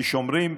כי שומרים,